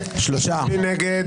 מי נגד?